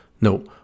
No